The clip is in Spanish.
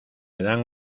dan